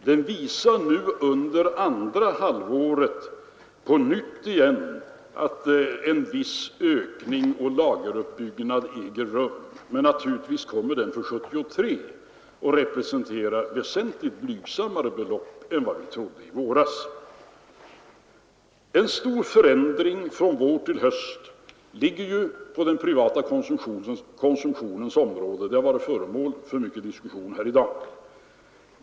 Den visar nu under andra halvåret på nytt en viss ökning, och lageruppbyggnad äger rum, men naturligtvis kommer den för 1973 att representera väsentligt blygsammare belopp än vad vi trodde i våras. En stor förändring från vår till höst ligger på den privata konsumtionens område — det har varit föremål för mycken diskussion här i dag.